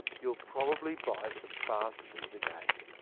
you'll probably buy some fast food again.